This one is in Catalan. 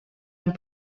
amb